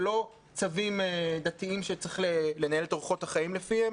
ולא צווים דתיים שצריך לנהל את אורחות החיים לפיהם,